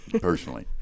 personally